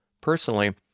Personally